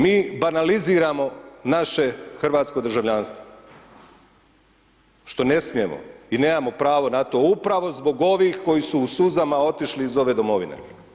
Mi banaliziramo naše hrvatsko državljanstvo, što ne smijemo i nemamo pravo na to, upravo zbog ovih koji su u suzama otišli iz ove domovine.